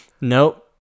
Nope